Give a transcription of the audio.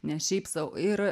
ne šiaip sau ir